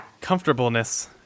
comfortableness